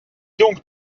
donc